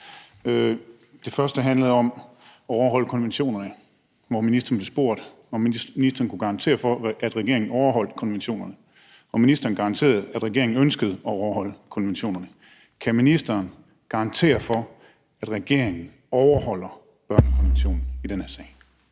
Det første handlede om at overholde konventionerne, hvor ministeren blev spurgt, om ministeren kunne garantere, at regeringen overholder konventionerne. Ministeren svarede, at regeringen ønsker at overholde konventionerne. Kan ministeren garantere, at regeringen overholder børnekonventionen i den her sag?